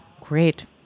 Great